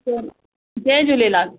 जस जै झूलेलाल